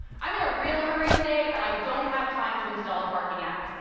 i'm in a real hurry today and i don't have time to install a parking app,